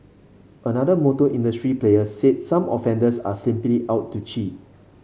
another motor industry player said some offenders are simply out to cheat